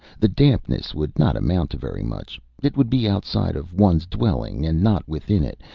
the dampness would not amount to very much. it would be outside of one's dwelling, and not within it,